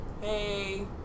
Hey